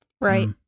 Right